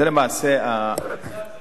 זה למעשה, אדוני השר, זה בגלל הפוסילי.